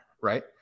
right